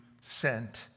sent